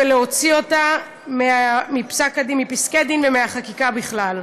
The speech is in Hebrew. ולהוציא אותה מפסקי-הדין ומהחקיקה בכלל.